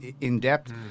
in-depth